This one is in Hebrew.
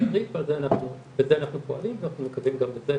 התעריף ובזה אנחנו פועלים ואנחנו מקווים שגם בזה